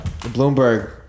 Bloomberg